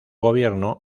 gobierno